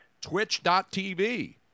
Twitch.tv